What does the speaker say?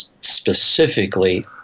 specifically